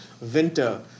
winter